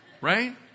Right